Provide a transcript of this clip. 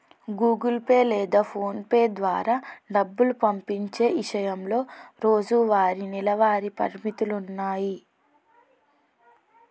Google Pay లేదా PhonePe ద్వారా డబ్బు పంపించే ఇషయంలో రోజువారీ, నెలవారీ పరిమితులున్నాయి